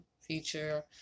feature